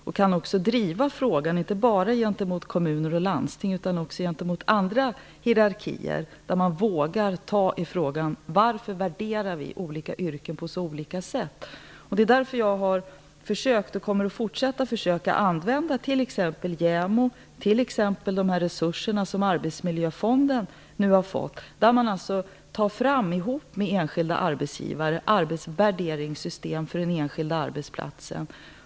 Vi kan driva frågorna inte bara gentemot kommuner och landsting utan gentemot andra hierarkier, där man vågar ta itu med frågan varför vi värderar yrken på så olika sätt. Jag har försökt, och kommer att fortsätta att försöka, använda t.ex. JämO och de resurser som Arbetsmiljöfonden har fått för att tillsammans med enskilda arbetsgivare ta fram arbetsvärderingssystem för den enskilda arbetsplatsen.